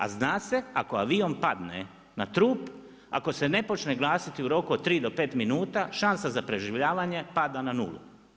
A zna se ako avion padne na trup, ako se ne počne gasiti u roku od 3 do 5 minuta, šanse za preživljavanje pada na nulu.